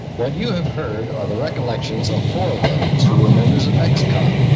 what you have heard are the recollections of four of those who were members of excom